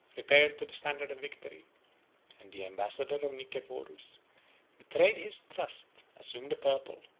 repaired to the standard of victory and the ambassador of nicephorus betrayed his trust, assumed the purple,